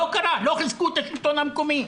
לא חיזקו את השלטון המקומי.